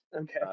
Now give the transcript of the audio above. Okay